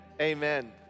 Amen